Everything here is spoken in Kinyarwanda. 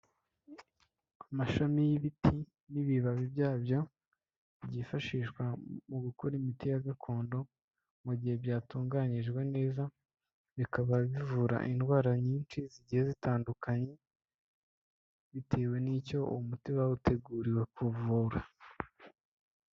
Amashami y'ibiti n'ibibabi byabyo byifashishwa mu gukora imiti ya gakondo mu gihe byatunganyijwe neza, bikaba bivura indwara nyinshi zigiye zitandukanye bitewe n'icyo uwo muti bawuteguriwe kuvura.